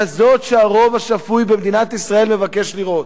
כזאת שהרוב השפוי במדינת ישראל מבקש לראות.